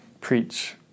preach